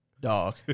Dog